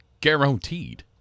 Guaranteed